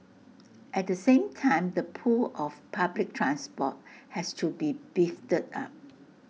at the same time the pull of public transport has to be beefed up